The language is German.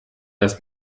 das